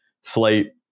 sleep